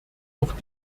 auch